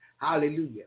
Hallelujah